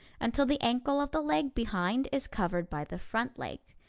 until the ankle of the leg behind is covered by the front leg.